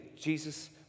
Jesus